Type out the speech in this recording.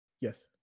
Yes